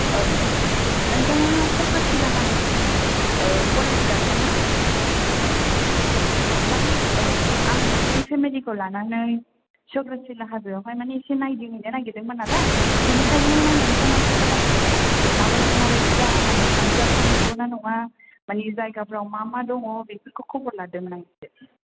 अ ओ नोंथाङा सक्र'सिला हाजोनि माने ओ फरेस्ट गार्ड मोन ना औ माने औ आङो माने फेमिलिखौ लानानै सक्र'सिला हाजोआवहाय माने इसे नायदिंहैनो नागिरदोंमोन नालाय बिनिखायनो नोंथांनाव खबर लाहरदोंमोन आं इसे माबायदि माबायदि दा माने थांजाथाव नंगौ ना नङा माने जायगाफ्राव मा मा दङ बेफोरखौ खबर लादोंमोन आं इसे